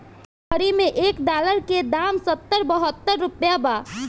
ए घड़ी मे एक डॉलर के दाम सत्तर बहतर रुपइया बा